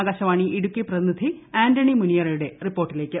ആകാശവാണി ഇടുക്കി പ്രതിനിധി ആന്റണി മുനിയറയുടെ റിപ്പോർട്ടിലേക്ക്